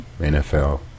NFL